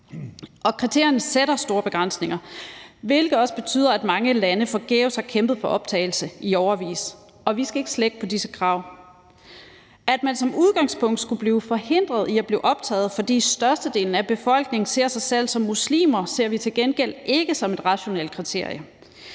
Kriterierne sætter store begrænsninger, hvilket også betyder, at mange lande forgæves har kæmpet for optagelse i årevis. Og vi skal ikke slække på disse krav. At man som udgangspunkt skulle blive forhindret i at blive optaget, fordi størstedelen af befolkningen ser sig selv som muslimer, ser vi til gengæld ikke som et rationelt kriterie.